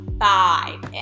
five